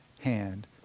hand